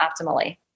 optimally